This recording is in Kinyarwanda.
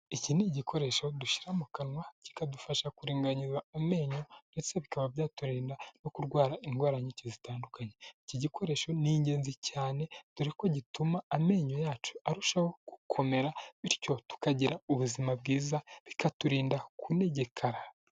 Iki ni igikoresho dushyira mu kanwa, kikadufasha kuringanza amenyo ndetse bikaba byaturinda no kurwara indwara nyinshi zitandukanye, iki gikoresho ni ingenzi cyane, dore ko gituma amenyo yacu arushaho gukomera, bityo tukagira ubuzima bwiza, bikaturinda kunegekara.